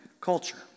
culture